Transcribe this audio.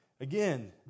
Again